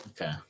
okay